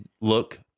look